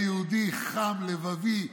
הוא היה יהודי חם, לבבי,